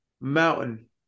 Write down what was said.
mountain